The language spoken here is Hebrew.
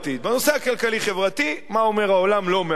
בנושא הכלכלי-חברתי, מה אומר העולם, לא מעניין.